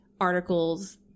articles